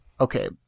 Okay